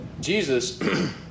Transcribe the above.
Jesus